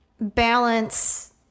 balance